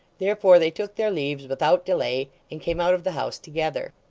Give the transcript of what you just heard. therefore they took their leaves without delay, and came out of the house together.